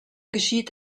geschieht